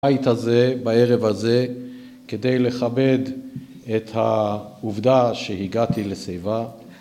‫בית הזה, בערב הזה, כדי לכבד ‫את העובדה שהגעתי לשיבה.